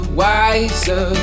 wiser